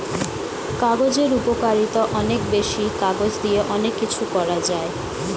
কাগজের উপকারিতা অনেক বেশি, কাগজ দিয়ে অনেক কিছু করা যায়